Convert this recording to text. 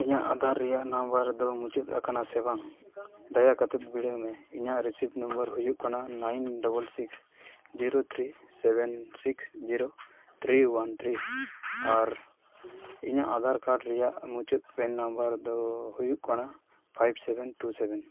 ᱤᱧᱟᱹᱜ ᱟᱫᱷᱟᱨ ᱨᱮᱭᱟᱜ ᱱᱟᱢᱵᱟᱨ ᱫᱚ ᱢᱩᱪᱟᱹᱫ ᱟᱠᱟᱱᱟ ᱥᱮ ᱵᱟᱝ ᱫᱟᱭᱟ ᱠᱟᱛᱮᱫ ᱵᱤᱰᱟᱹᱣᱢᱮ ᱤᱧᱟᱹᱜ ᱨᱤᱥᱤᱵᱷ ᱱᱟᱢᱵᱟᱨ ᱦᱩᱭᱩᱜ ᱠᱟᱱᱟ nine double six zero three seven six zero three one ᱨᱮ ᱟᱨ ᱤᱧᱟᱹᱜ ᱟᱫᱷᱟᱨ ᱠᱟᱨᱰ ᱨᱮᱭᱟᱜ ᱢᱩᱪᱟᱹᱫ ᱯᱮᱱ ᱱᱟᱢᱵᱟᱨ ᱫᱚ ᱦᱩᱭᱩᱜ ᱠᱟᱱᱟ ᱯᱷᱟᱭᱤᱵᱷ ᱥᱮᱵᱷᱮᱱ ᱴᱩ ᱥᱮᱵᱷᱮᱱ